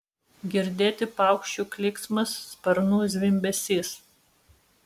girdėti paukščių klyksmas sparnų zvimbesys